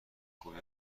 گویی